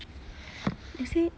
they say